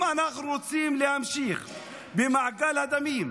אם אנחנו רוצים להמשיך במעגל הדמים,